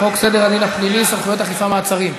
חוק סדר הדין הפלילי (סמכויות אכיפה, מעצרים).